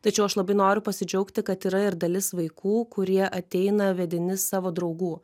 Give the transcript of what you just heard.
tačiau aš labai noriu pasidžiaugti kad yra ir dalis vaikų kurie ateina vedini savo draugų